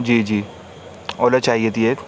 جی جی اولا چاہیے تھی ایک